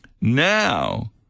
Now